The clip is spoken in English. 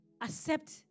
accept